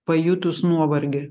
pajutus nuovargį